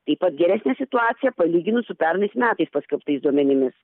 taip pat geresnė situacija palyginus su pernais metais paskelbtais duomenimis